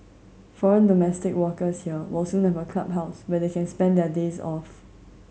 foreign domestic workers here will soon have a clubhouse where they can spend their days off